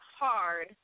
hard